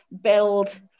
build